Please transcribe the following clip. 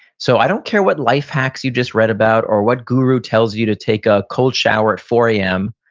so i don't care what life hacks you just read about, or what guru tells you to take a cold shower at four zero am,